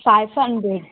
five hundred